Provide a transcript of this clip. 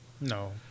No